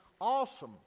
awesome